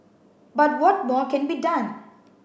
but what more can be done